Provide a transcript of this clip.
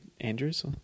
Andrews